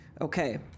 Okay